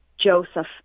Joseph